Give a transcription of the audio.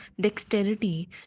dexterity